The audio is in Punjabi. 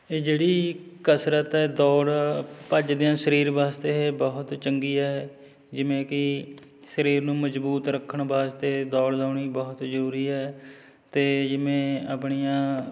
ਇਹ ਜਿਹੜੀ ਕਸਰਤ ਹੈ ਦੌੜ ਭੱਜਦੇ ਹਾਂ ਸਰੀਰ ਵਾਸਤੇ ਇਹ ਬਹੁਤ ਚੰਗੀ ਹੈ ਜਿਵੇਂ ਕਿ ਸਰੀਰ ਨੂੰ ਮਜ਼ਬੂਤ ਰੱਖਣ ਵਾਸਤੇ ਦੌੜ ਲਾਉਣੀ ਬਹੁਤ ਜ਼ਰੂਰੀ ਹੈ ਅਤੇ ਜਿਵੇਂ ਆਪਣੀਆਂ